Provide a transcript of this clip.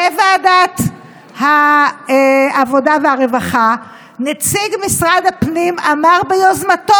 בוועדת העבודה והרווחה נציג משרד הפנים אמר ביוזמתו,